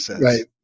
Right